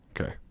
Okay